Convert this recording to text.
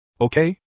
Okay